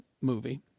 movie